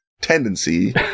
tendency